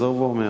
חוזר ואומר,